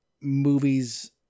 movies